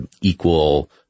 equal